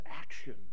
action